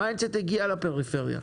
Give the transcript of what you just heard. מיינדסט הגיעה לפריפריה,